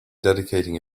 dedicating